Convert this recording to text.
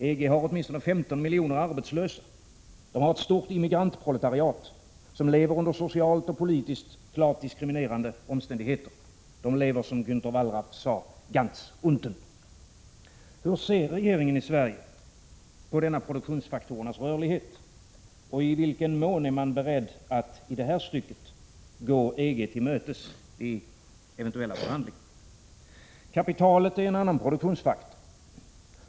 EG har åtminstone 15 miljoner arbetslösa och ett stort immigrantproletariat, som lever under socialt och politiskt klart diskriminerande omständigheter. Dessa människor lever, som Gänther Wallraff sagt, ganz unten. Hur ser regeringen i Sverige på denna produktionsfaktorernas rörlighet och i vilken mån är man beredd att i det här stycket gå EG till mötes vid eventuella förhandlingar? Kapitalet är en annan produktionsfaktor.